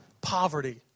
Poverty